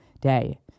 day